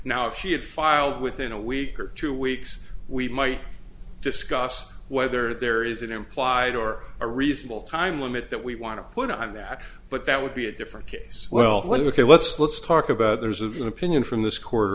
now if she had filed within a week or two weeks we might discuss whether there is an implied or a reasonable time limit that we want to put on that but that would be a different case well when we can let's let's talk about there's of an opinion from this quarter